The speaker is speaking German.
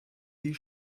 die